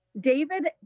David